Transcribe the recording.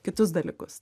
kitus dalykus